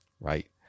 Right